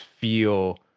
feel